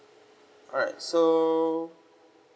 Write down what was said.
alright so